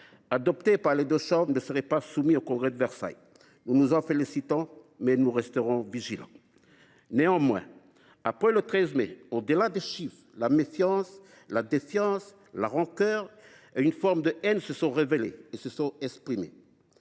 adopté par les deux chambres, ne serait pas soumis au Congrès de Versailles. Nous nous en félicitons, mais nous resterons vigilants. Après le 13 mai, au delà des chiffres, la méfiance, la défiance, la rancœur et une certaine forme de haine sont apparues et se sont exprimées.